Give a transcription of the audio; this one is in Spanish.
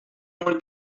muy